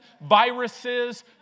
viruses